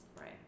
Right